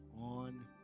on